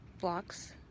blocks